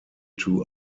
two